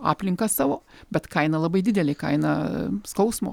aplinką savo bet kaina labai didelė kaina skausmo